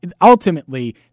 Ultimately